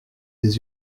des